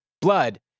blood